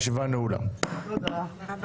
28 בדצמבר 2001. על סדר-היום: פניית יושב-ראש ועדת